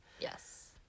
Yes